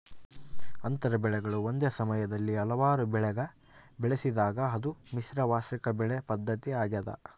ಅಂತರ ಬೆಳೆಗಳು ಒಂದೇ ಸಮಯದಲ್ಲಿ ಹಲವಾರು ಬೆಳೆಗ ಬೆಳೆಸಿದಾಗ ಅದು ಮಿಶ್ರ ವಾರ್ಷಿಕ ಬೆಳೆ ಪದ್ಧತಿ ಆಗ್ಯದ